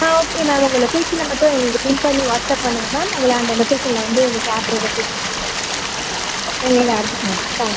ஆ okay ma'am உங்கள் லொக்கேஷனை மட்டும் எங்களுக்கு பின் பண்ணி வாட்ஸ்அப் பண்ணுங்கள் மேம் உங்களை அந்த லொக்கேஷனில் வந்து எங்கள் கேப் ட்ரைவர் பிக்கப் பண்ணிப்பாரு மேம் உங்களோடய அட் ஆ தேங்க் யூ